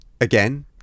again